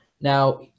Now